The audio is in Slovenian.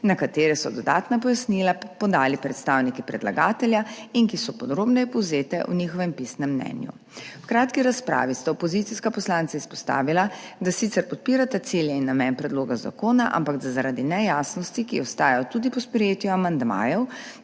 na katere so dodatna pojasnila podali predstavniki predlagatelja in ki so podrobneje povzete v njihovem pisnem mnenju. V kratki razpravi sta opozicijska poslanca izpostavila, da sicer podpirata cilje in namen predloga zakona, ampak da zaradi nejasnosti, ki ostajajo tudi po sprejetju amandmajev,